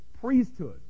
priesthood